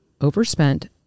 overspent